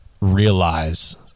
realize